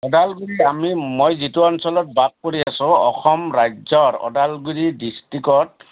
ওদালগুৰি আমি মই যিটো অঞ্চলত বাস কৰি আছোঁ অসম ৰাজ্যৰ ওদালগুৰি ডিষ্ট্ৰিক্টত